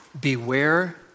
Beware